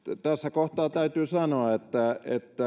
kohtaa täytyy sanoa että